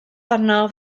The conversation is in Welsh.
arno